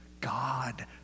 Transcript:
God